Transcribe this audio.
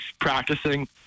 practicing